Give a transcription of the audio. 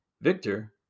Victor